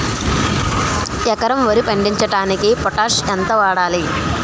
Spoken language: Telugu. ఎకరం వరి పండించటానికి పొటాష్ ఎంత వాడాలి?